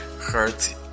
hurt